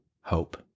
hope